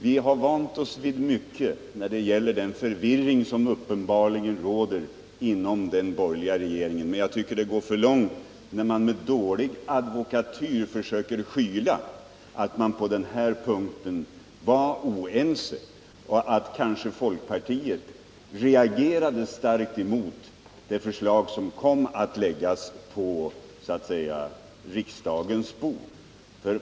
Vi har vant oss vid mycket när det gäller den förvirring som uppenbarligen råder inom den borgerliga regeringen, men jag tycker att det går för långt när man med dålig advokatyr försöker skyla att man på den här punkten var oense och att folkpartiet reagerade så starkt mot det förslag som kom att läggas på riksdagens bord.